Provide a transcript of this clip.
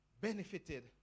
benefited